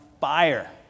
fire